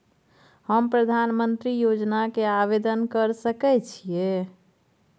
हम प्रधानमंत्री योजना के आवेदन कर सके छीये?